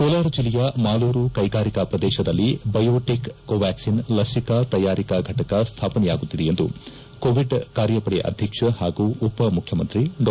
ಕೋಲಾರ ಜಿಲ್ಲೆಯ ಮಾಲೂರು ಕೈಗಾರಿಕಾ ಪ್ರದೇಶದಲ್ಲಿ ಬಯೋಟೆಕ್ ಕೋವ್ಯಾಕ್ಟಿನ್ ಲಸಿಕಾ ತಯಾರಿಕಾ ಫಟಕ ಸ್ವಾಪನೆಯಾಗುತ್ತಿದೆ ಎಂದು ಕೋವಿಡ್ ಕಾರ್ಯಪಡೆ ಅಧ್ಯಕ್ಷ ಹಾಗೂ ಉಪ ಮುಖ್ಯಮಂತ್ರಿ ಡಾ